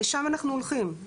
לשם אנחנו הולכים,